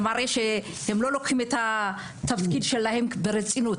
זה מראה שהם לא לוקחים את התפקיד שלהם ברצינות.